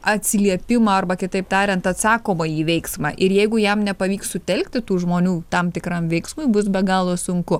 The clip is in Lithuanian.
atsiliepimą arba kitaip tariant atsakomąjį veiksmą ir jeigu jam nepavyks sutelkti tų žmonių tam tikram veiksmui bus be galo sunku